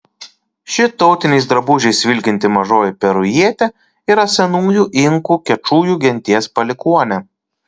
ši tautiniais drabužiais vilkinti mažoji perujietė yra senųjų inkų kečujų genties palikuonė